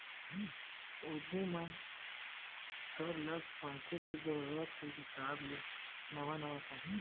उद्यमी मन सरलग मनखे के जरूरत के हिसाब ले नवा नवा सोचथे